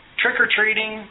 trick-or-treating